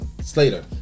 Slater